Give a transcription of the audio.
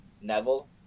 Neville